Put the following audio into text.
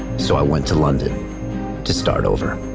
so i went to london to start over.